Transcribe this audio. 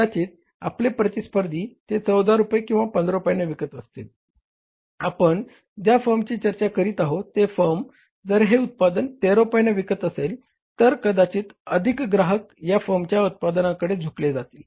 कदाचित आपले प्रतिस्पर्धी ते 14 रुपये किंवा 15 रुपयांना विकत असतील आपण ज्या फर्मची चर्चा करीत आहोत ते फर्म जर हे उत्पादन 13 रुपयांना विकत असेल तर कदाचित अधिक ग्राहक या फर्मच्या उत्पादनाकडे झुकले जातील